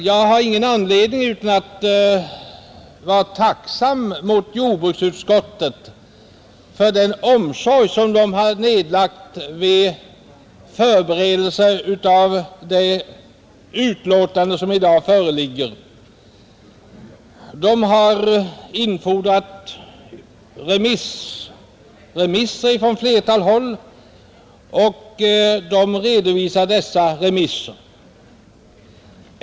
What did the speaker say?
Jag har ingen anledning att inte vara tacksam mot jordbruksutskottet för den omsorg utskottet har nedlagt vid förberedelserna av det betänkande som i dag föreligger till behandling. Utskottet har infordrat remissvar från ett flertal håll och redovisar detta i betänkandet.